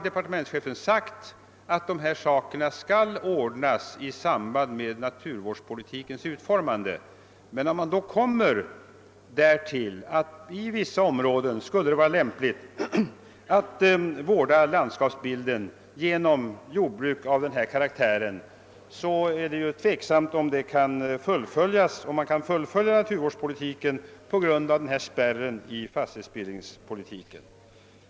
Departementschefen har sagt att sådana saker skall ordnas i samband med naturvårdspolitikens utformning. När man beträffande vissa områden finner att det skulle vara lämpligt att vårda landskapsbilden genom jordbruk av den här karaktären, är det emellertid tveksamt, om naturvårdspolitiken kan fullföljas på grund av denna spärr i fråga om fastighetsbildningen.